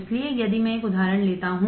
इसलिए यदि मैं एक उदाहरण लेता हूं